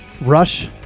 Rush